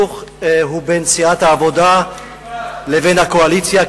הסכסוך הוא בין סיעת העבודה לבין הקואליציה.